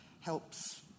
helps